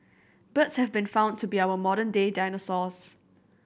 birds have been found to be our modern day dinosaurs